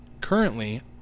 currently